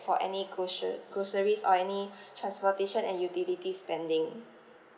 for any grocer~ groceries or any transportation and utility spending